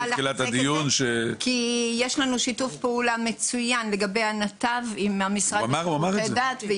יש לנו שיתוף פעולה מצוין עם הנתב לגבי שירותי דת.